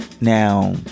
Now